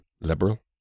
liberal